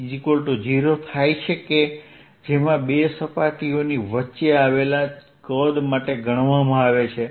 ds 0 થાય છે કે જેમાં બે સપાટીઓની વચ્ચે આવેલા કદ માટે ગણવામાં આવે છે